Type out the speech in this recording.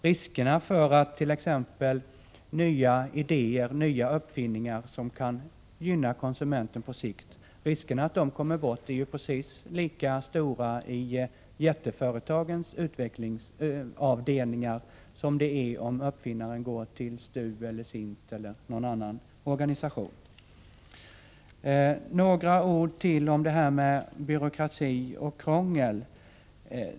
Riskerna för att t.ex. nya idéer och uppfinningar som kan gynna konsumenten på sikt kommer bort är precis lika stora i jätteföretagens utvecklingsavdelningar som i de fall när uppfinnaren går till STU, SIND eller någon annan organisation. Jag vill säga ytterligare några ord om byråkrati och krångel.